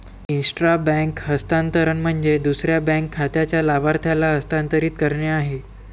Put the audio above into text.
intra bank हस्तांतरण म्हणजे दुसऱ्या बँक खात्याच्या लाभार्थ्याला हस्तांतरित करणे आहे